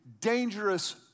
dangerous